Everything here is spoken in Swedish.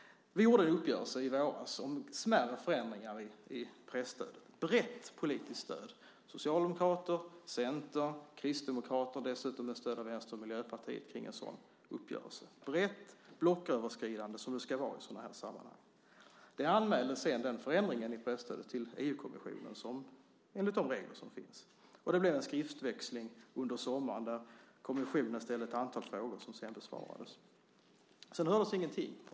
Vi gjorde en uppgörelse i våras om smärre förändringar i presstödet med brett politiskt stöd: socialdemokrater, centerpartister, kristdemokrater, dessutom med stöd av Vänster och Miljöpartiet. Det var brett och blocköverskridande som det ska vara i sådana här sammanhang. Den förändringen i presstödet anmäldes sedan till EU-kommissionen enligt de regler som finns. Och det blev en skriftväxling under sommaren där kommissionen ställde ett antal frågor som sedan besvarades. Sedan hördes ingenting.